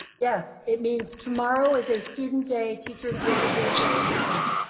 yes, it means tomorrow is a student day. teachers will be doing distance learning.